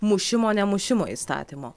mušimo nemušimo įstatymo